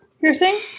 piercing